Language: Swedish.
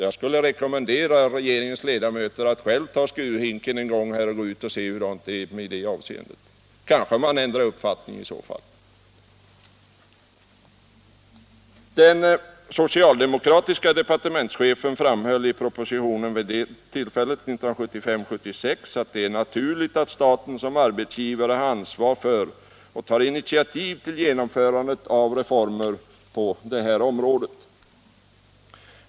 Jag skulle vilja rekommendera regeringens ledamöter att ta skurhinken och gå ut och pröva på det jobbet — då kanske de ändrar uppfattning. Den socialdemokratiska departementschefen framhöll i propositionen till 1975/76 års riksmöte att det är naturligt att staten som arbetsgivare har ansvar för och tar initiativ till genomförandet av reformer på detta område.